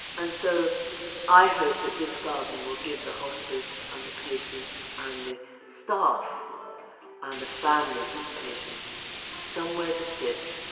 and so i hope that this garden will give the hospice and the patients and the staff and the families of the patients somewhere to sit,